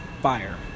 Fire